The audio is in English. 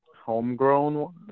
homegrown